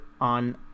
on